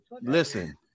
Listen